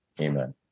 amen